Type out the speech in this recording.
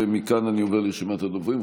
ומכאן אני עובר לרשימת הדוברים.